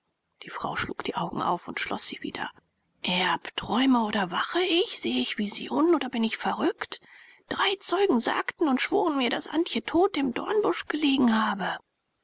die frau schlug die augen auf und schloß sie wieder erb träume oder wache ich sehe ich visionen oder bin ich verrückt drei zeugen sagten und schworen mir daß antje tot im dornbusch gelegen habe